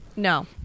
No